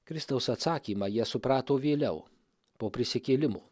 kristaus atsakymą jie suprato vėliau po prisikėlimo